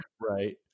right